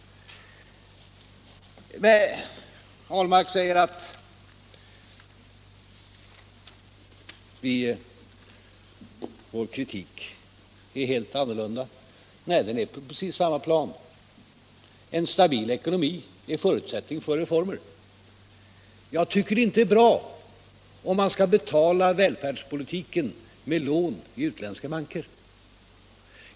Herr Ahlmark säger att vår kritik nu är helt annorlunda. Nej, den är på precis samma plan. En stabil ekonomi är förutsättningen för reformer. Jag tycker inte att det är bra att betala välfärdspolitiken med lån i utländska banker.